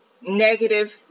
negative